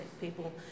people